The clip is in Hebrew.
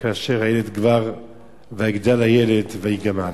כאשר הילד כבר "ויגדל הילד ויגמל".